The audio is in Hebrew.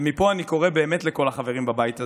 ומפה אני קורא באמת לכל החברים בבית הזה: